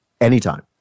Anytime